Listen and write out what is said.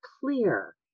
clear